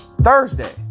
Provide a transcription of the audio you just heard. Thursday